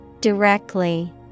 Directly